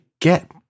get